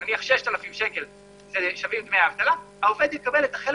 נניח שדמי האבטלה שווים 6,000 שקל - העובד יקבל את החלק